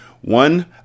One